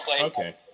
Okay